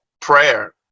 prayer